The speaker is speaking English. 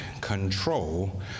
control